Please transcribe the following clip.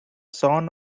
son